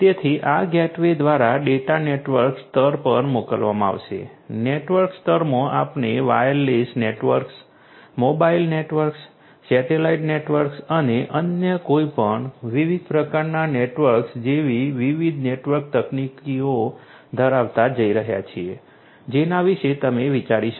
તેથી આ ગેટવે દ્વારા ડેટા નેટવર્ક સ્તર પર મોકલવામાં આવશે નેટવર્ક સ્તરમાં આપણે wireless networks mobile networks satellite networks અને અન્ય કોઈપણ વિવિધ પ્રકારના નેટવર્ક્સ જેવી વિવિધ નેટવર્ક તકનીકીઓ ધરાવવા જઈ રહ્યા છીએ જેના વિશે તમે વિચારી શકો